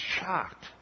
shocked